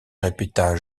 répéta